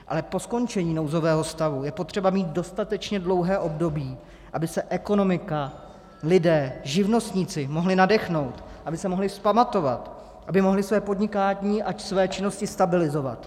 Ale po skončení nouzového stavu je potřeba mít dostatečně dlouhé období, aby se ekonomika, lidé, živnostníci mohli nadechnout, aby se mohli vzpamatovat, aby mohli své podnikání a své činnosti stabilizovat.